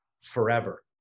forever